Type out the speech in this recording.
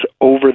over